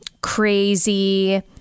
crazy